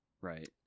right